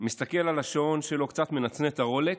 מסתכל על השעון שלו, קצת מנצנץ, הרולקס,